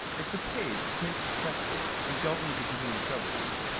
if the page prints successfully, you don't need to continue troubleshooting.